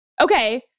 Okay